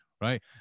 right